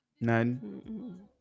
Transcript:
None